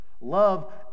Love